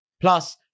Plus